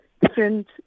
different